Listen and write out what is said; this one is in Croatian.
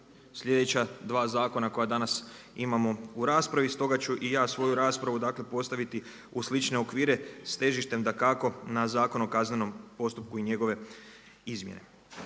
sljedeća dva zakona koja danas imamo u raspravi, stoga ću i ja svoju raspravu postaviti u slične okvire s težištem dakako na Zakon o kaznenom postupku i njegove izmjene.